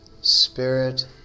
spirit